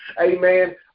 amen